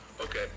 Okay